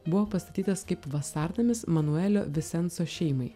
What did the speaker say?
buvo pastatytas kaip vasarnamis manuelio visenso šeimai